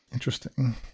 Interesting